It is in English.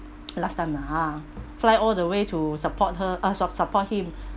last time lah fly all the way to support her uh sup~ support him